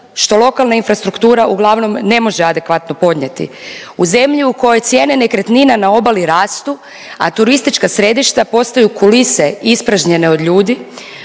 što lokalna infrastruktura uglavnom ne može adekvatno podnijeti, u zemlji u kojoj cijene nekretnine na obali rastu, a turistička središta postaju kulise ispražnjene od ljudi,